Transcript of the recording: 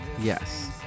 Yes